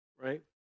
right